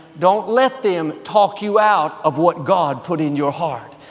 don't let them talk you out of what god put in your heart.